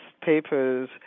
papers